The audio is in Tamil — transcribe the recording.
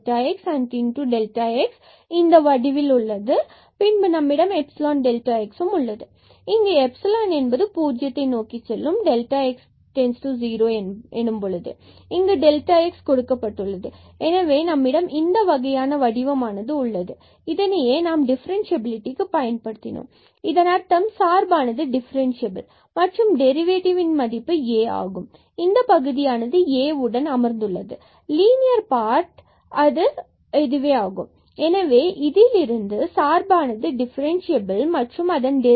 x கிடைக்கிறது இந்த வடிவிலானது Ax and the x நம்மிடம் உள்ளது இங்கு x→0 எடுத்தால் 0 ஆகும் இங்கு டெல்டா x கொடுக்கப்பட்டுள்ளது எனவே நம்மிடம் இந்த வகையான வடிவமானது உள்ளது இதையே நாம் டிஃபரென்ஸ்சியபிலிடி க்கு பயன்படுத்தினோம் இதன் அர்த்தம் இந்த சார்பானது டிஃபிரன்ஸிபள் மற்றும் இதன் டெரிவேட்டிவ் மதிப்பு A ஆகும் இந்த பகுதியானதுA இதனுடன் அமர்ந்துள்ளது லீனியர் பார்ட் f' அது ஆகும் எனவே இதிலிருந்து சார்பானது டிஃபரன்ஸ்சியபில் மற்றும் அதன் டெரிவேடிவ் 2x ஆகும்